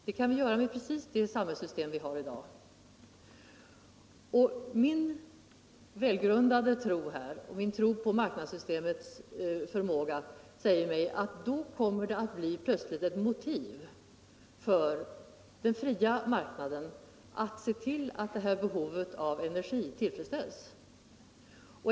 Det kan vi göra med precis det samhällssystem som vi har i dag. Min tro på marknadssystemets förmåga säger mig att det då kommer att bli ett motiv för den fria marknaden att se till att behovet av energi tillfredsställs på annat sätt.